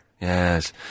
Yes